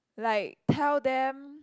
like tell them